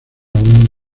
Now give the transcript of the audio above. aún